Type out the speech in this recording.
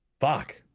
Fuck